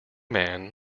man